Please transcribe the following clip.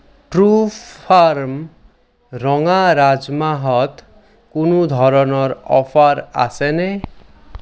ট্ৰুফাৰ্ম ৰঙা ৰাজমাহত কোনো ধৰণৰ অফাৰ আছেনে